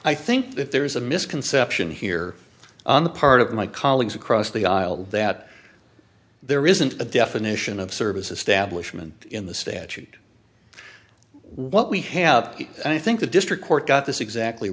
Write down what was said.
i think that there is a misconception here on the part of my colleagues across the aisle that there isn't a definition of service establishment in the statute what we have and i think the district court got this exactly